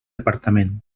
departament